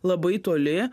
labai toli